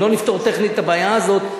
אם לא נפתור טכנית את הבעיה הזאת,